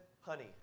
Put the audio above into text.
honey